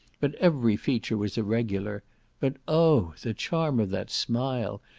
but every feature was irregular but, oh! the charm of that smile,